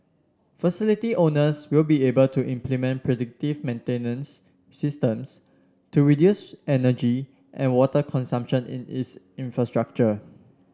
facility owners will be able to implement predictive maintenance systems to reduce energy and water consumption in its infrastructure